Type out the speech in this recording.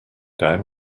down